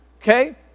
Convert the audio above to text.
Okay